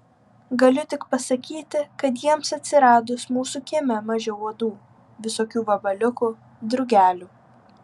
galiu tik pasakyti kad jiems atsiradus mūsų kieme mažiau uodų visokių vabaliukų drugelių